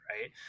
right